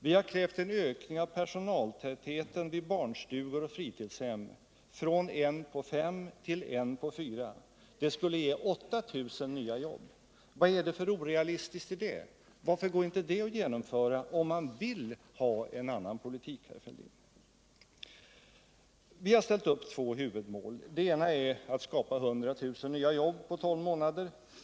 Vi har krävt en ökning av personaltätheten vid barnstugor och fritidshem från en på fem till en på fyra. Det skulle ge 8 000 nya jobb. Vad är det för orealistiskt i det? Varför går inte det att genomföra, om man vill ha en annan politik, herr Fälldin? Vi har ställt upp två huvudmål. Det ena är att skapa 100 000 nya jobb på tolv månader.